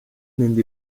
ihn